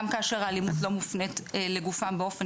גם כאשר האלימות לא מופנית לגופם באופן